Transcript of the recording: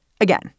Again